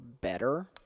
better